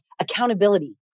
accountability